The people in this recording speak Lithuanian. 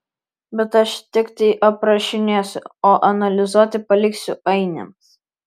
bet aš tiktai aprašinėsiu o analizuoti paliksiu ainiams